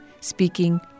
speaking